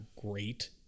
great